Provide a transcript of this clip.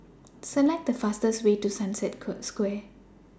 Select The fastest Way to Sunset Square